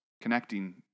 connecting